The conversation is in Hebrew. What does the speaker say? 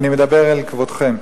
אני מדבר אל כבודכם.